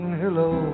hello